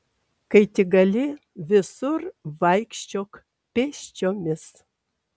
kai tik gali visur vaikščiok pėsčiomis